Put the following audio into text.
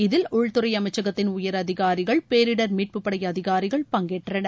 இதில் உள்துறை அமைச்சகத்தின் உயரதிகாரிகள் பேரிடர் மீட்பு படை அதிகாரிகள் பங்கேற்றனர்